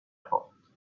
porte